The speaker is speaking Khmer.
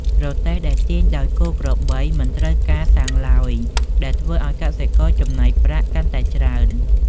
រទេះដែលទាញដោយគោក្របីមិនត្រូវការសាំងឡើយ ដែលធ្វើឱ្យកសិករចំណេញប្រាក់កាន់តែច្រើន។